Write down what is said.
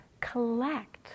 collect